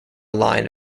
line